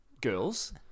girls